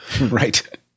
Right